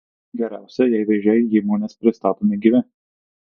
geriausia jei vėžiai į įmones pristatomi gyvi